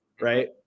right